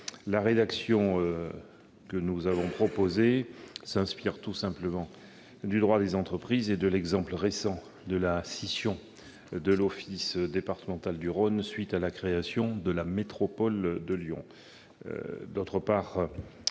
La rédaction proposée s'inspire tout simplement du droit des entreprises et de l'exemple récent de la scission de l'office départemental du Rhône, à la suite de la création de la métropole de Lyon.